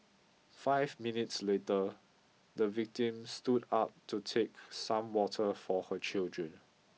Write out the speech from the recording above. five minutes later the victim stood up to take some water for her children